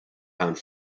pound